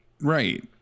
Right